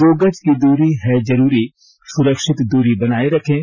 दो गज की दूरी है जरूरी सुरक्षित दूरी बनाए रखें